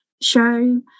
show